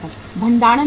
भंडारण लागत है